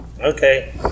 Okay